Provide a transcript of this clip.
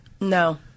No